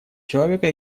человека